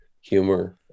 humor